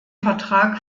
vertrag